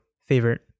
favorite